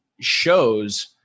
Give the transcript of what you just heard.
shows